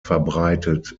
verbreitet